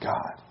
God